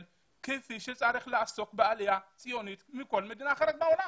כפי שצריך לעסוק בעלייה ציונית מכל מדינה אחרת בעולם.